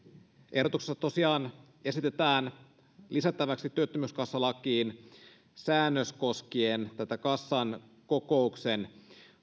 ehdotuksessa tosiaan esitetään lisättäväksi työttömyyskassalakiin säännös koskien tätä kassan kokouksen